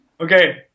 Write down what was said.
Okay